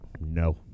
no